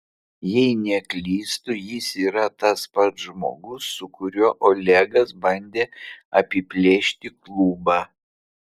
jei neklystu jis yra tas pats žmogus su kuriuo olegas bandė apiplėšti klubą